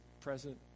present